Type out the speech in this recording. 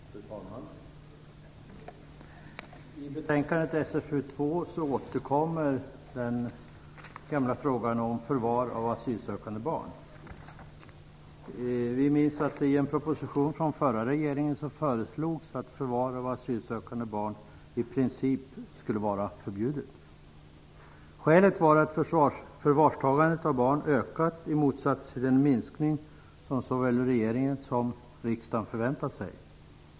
Fru talman! I betänkande SfU 2 återkommer den gamla frågan om förvar av asylsökande barn. Vi minns att det i en proposition från den förra regeringen föreslogs att förvar av asylsökande barn i princip skulle vara förbjudet. Skälet var att förvarstagandet av barn hade ökat i motsats till den minskning som såväl regeringen som riksdagen förväntade sig.